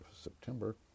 September